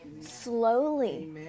slowly